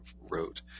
wrote